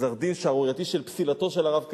גזר-דין שערורייתי של פסילתו של הרב כהנא,